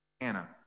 Anna